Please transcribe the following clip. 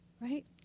right